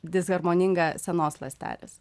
disharmoningą senos ląstelės